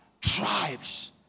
Tribes